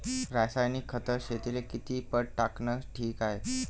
रासायनिक खत शेतीले किती पट टाकनं ठीक हाये?